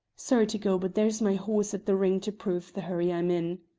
sorry to go, but there's my horse at the ring to prove the hurry i'm in!